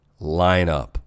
lineup